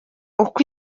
uko